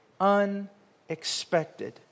unexpected